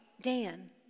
Dan